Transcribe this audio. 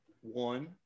one